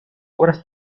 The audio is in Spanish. obras